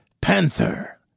Panther